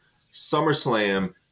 SummerSlam